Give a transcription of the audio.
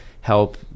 help